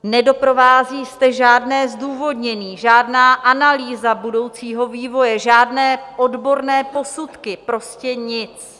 Nedoprovází zde žádné zdůvodnění, žádná analýza budoucího vývoje, žádné odborné posudky, prostě nic.